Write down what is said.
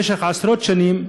במשך עשרות שנים,